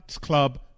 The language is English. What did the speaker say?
club